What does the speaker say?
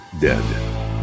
dead